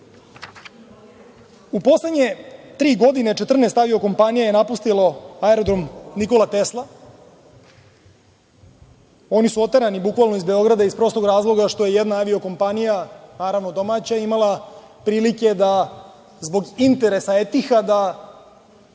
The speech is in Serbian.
poslednje tri godine 14 aviokompanija je napustilo Aerodrom Nikola Tesla, oni su oterani bukvalno iz Beograda, iz prostog razloga što je jedna avio kompanija, naravno domaća, imala prilike da zbog interesa „Etihada“